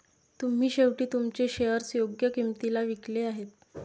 तुम्ही शेवटी तुमचे शेअर्स योग्य किंमतीला विकले आहेत